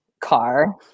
car